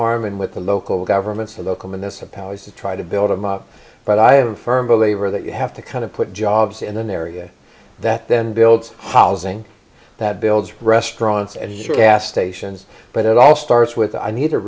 arman with the local governments the local municipalities to try to build them up but i have a firm believer that you have to kind of put jobs in their area that then builds housing that builds restaurants as your gas stations but it all starts with i need a